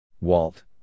Walt